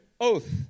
oath